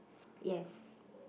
yes